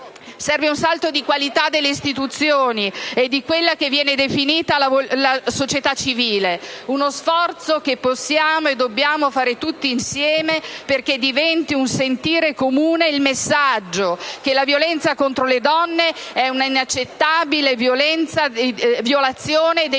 Serve un salto di qualità delle istituzioni e di quella che viene definita la società civile. Uno sforzo che possiamo e dobbiamo fare tutti insieme perché diventi un sentire comune il messaggio che la violenza contro le donne è una inaccettabile violazione dei